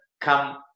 come